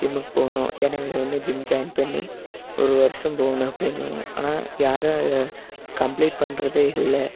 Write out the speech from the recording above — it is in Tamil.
ஜிம்முக்கு போகணும் ஜனவரி ஒன்று ஜிம் ஜாயின் பண்ணி ஒரு வருடம் போகணும் அப்படின்வானுங்க ஆனால் யாரும் அதை கம்ப்ளீட் பண்றதே இல்லை